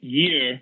year